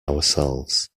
ourselves